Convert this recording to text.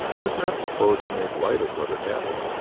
was not disposed to make light of what had happened.